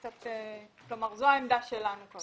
זו העמדה שלנו כרגע.